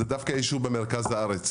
זה דווקא יישוב במרכז הארץ,